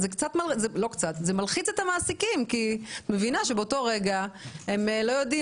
זה מלחיץ את המעסיקים כי את מבינה שבאותו רגע הם לא יודעים